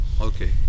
Okay